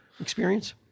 experience